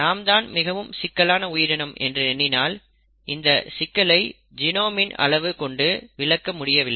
நாம் தான் மிகவும் சிக்கலான உயிரினம் என்று எண்ணினால் இந்த சிக்கலை ஜெணோமின் அளவு கொண்டு விளக்க முடியவில்லை